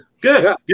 Good